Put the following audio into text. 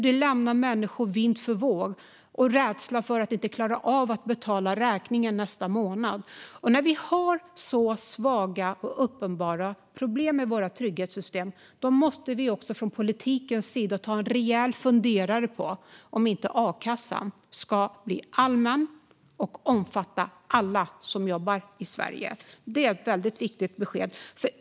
De lämnar människor vind för våg och med rädslan för att inte klara av att betala räkningar nästa månad. När vi har så svaga system och så uppenbara problem med våra trygghetssystem måste vi från politikens sida ta en rejäl funderare på om inte a-kassan ska bli allmän och omfatta alla som jobbar i Sverige. Det är ett väldigt viktigt besked.